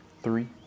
Three